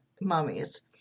mummies